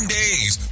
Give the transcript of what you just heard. days